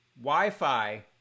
Wi-Fi